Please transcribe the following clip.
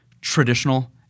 traditional